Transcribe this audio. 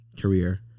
career